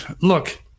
look